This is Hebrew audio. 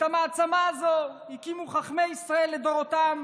את המעצמה הזאת הקימו חכמי ישראל לדורותיהם